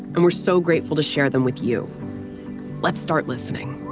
and we're so grateful to share them with you let's start listening,